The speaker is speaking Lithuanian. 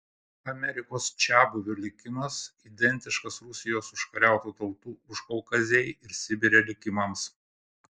amerikos čiabuvių likimas identiškas rusijos užkariautų tautų užkaukazėj ir sibire likimams